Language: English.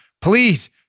please